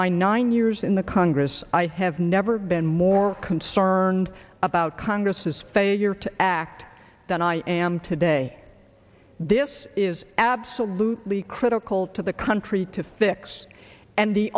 my nine years in the congress i have never been more concerned about congress's failure to act than i am today this is absolutely critical to the country to fix and the